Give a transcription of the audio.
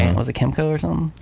and was it kymco or somethin'?